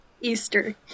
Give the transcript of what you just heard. Easter